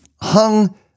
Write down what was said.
hung